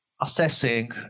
assessing